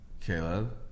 Caleb